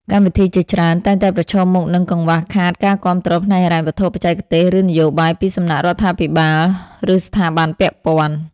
កម្មវិធីជាច្រើនតែងតែប្រឈមមុខនឹងកង្វះខាតការគាំទ្រផ្នែកហិរញ្ញវត្ថុ បច្ចេកទេស ឬនយោបាយពីសំណាក់រដ្ឋាភិបាល ឬស្ថាប័នពាក់ព័ន្ធ។